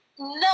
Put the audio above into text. No